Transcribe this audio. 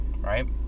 right